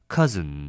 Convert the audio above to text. Cousin